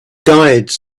guides